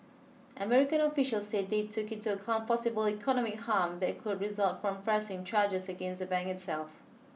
American officials said they took into account possible economy harm that could result from pressing charges against the bank itself